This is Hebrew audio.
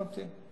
תמתין.